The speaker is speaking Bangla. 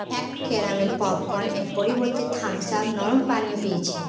অ্যাক্ট ক্যারামেল পপকর্ন এর পরিবর্তে থামস্ আপ নরম পানীয় পেয়েছি